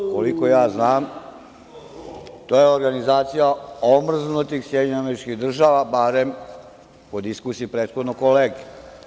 Koliko ja znam, to je organizacija omrznutih SAD, barem po diskusiji prethodnog kolege.